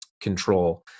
control